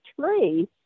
tree